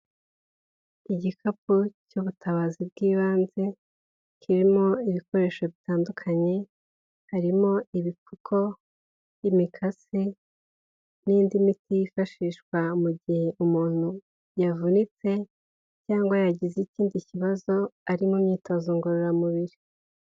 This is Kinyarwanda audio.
Igikapu cy'ubutabazi bw'ibanze kirimo ibikoresho bitandukanye, harimo ibipfuko, imikasi n'indi miti yifashishwa mu gihe umuntu yavunitse, cyangwa yagize ikindi kibazo ari mu myitozo ngororamubiri.